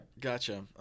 Gotcha